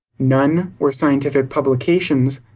none were scientific publications.